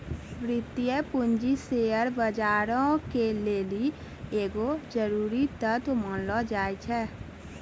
वित्तीय पूंजी शेयर बजारो के लेली एगो जरुरी तत्व मानलो जाय छै